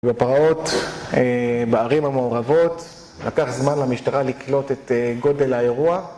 בפרעות בערים המעורבות לקח זמן למשטרה לקלוט את גודל האירוע